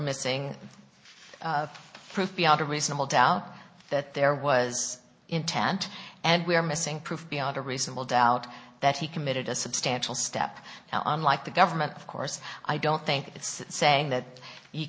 missing proof beyond a reasonable doubt that there was intent and we're missing proof beyond a reasonable doubt that he committed a substantial step now unlike the government of course i don't think it's saying that